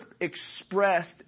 expressed